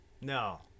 No